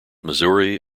missouri